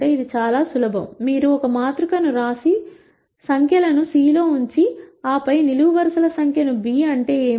ఇది చాలా సులభం మీరు ఒక మాతృక ను వ్రాసి సంఖ్యల ను సి లో ఉంచి ఆ పై నిలువు వరుసల సంఖ్యను బి అంటే ఏమిటి